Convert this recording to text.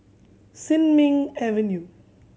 Sin Ming Avenue